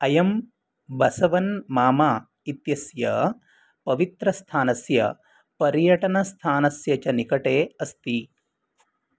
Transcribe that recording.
अयं बसवन् मामा इत्यस्य पवित्रस्थानस्य पर्यटनस्थानस्य च निकटे अस्ति